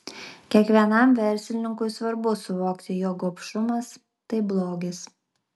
kiekvienam verslininkui svarbu suvokti jog gobšumas tai blogis